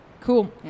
Cool